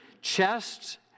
chests